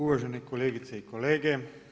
Uvažene kolegice i kolege.